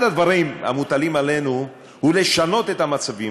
אחד הדברים המוטלים עלינו הוא לשנות את המצבים